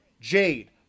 jade